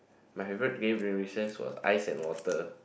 my favourite game during recess was Ice and Water